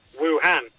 Wuhan